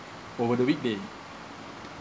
over the weekday